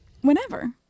Whenever